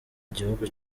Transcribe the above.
gihugu